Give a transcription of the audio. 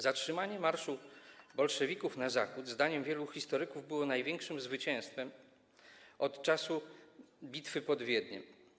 Zatrzymanie marszu bolszewików na Zachód zdaniem wielu historyków było największym zwycięstwem od czasu bitwy pod Wiedniem.